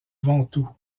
ventoux